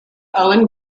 owen